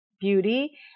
beauty